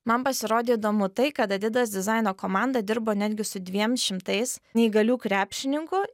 man pasirodė įdomu tai kad adidas dizaino komanda dirbo netgi su dviem šimtais neįgalių krepšininkų